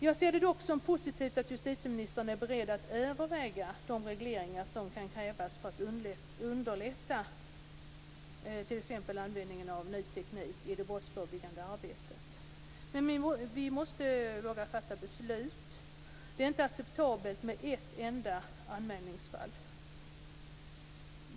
Jag ser det som positivt att justitieministern är beredd att överväga de regleringar som kan krävas för att underlätta t.ex. användningen av ny teknik i det brottsförebyggande arbetet men vi måste våga fatta beslut. Det är inte acceptabelt med ett enda anmälningsfall.